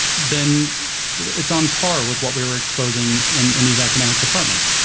then it's on par with what we were exposing in these academic departments.